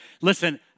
Listen